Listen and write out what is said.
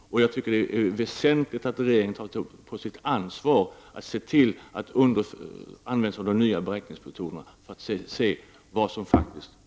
Det är väsentligt att regeringen tar sitt ansvar och ser till att använda sig av de nya beräkningsmetoderna för att se vad som faktiskt händer.